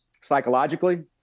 psychologically